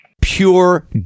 Pure